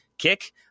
Kick